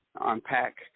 unpack